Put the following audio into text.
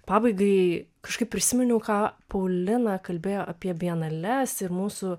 pabaigai kažkaip prisiminiau ką paulina kalbėjo apie bienales ir mūsų